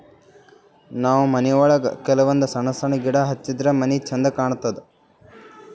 ನಾವ್ ಮನಿಯೊಳಗ ಕೆಲವಂದ್ ಸಣ್ಣ ಸಣ್ಣ ಗಿಡ ಹಚ್ಚಿದ್ರ ಮನಿ ಛಂದ್ ಕಾಣತದ್